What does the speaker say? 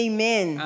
Amen